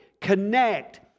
connect